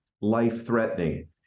life-threatening